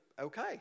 okay